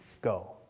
go